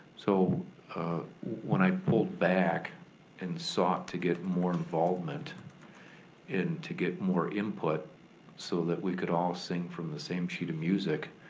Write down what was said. so when i pulled back and sought to get more involvement and to get more input so that we could all sing from the same sheet music,